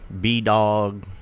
B-Dog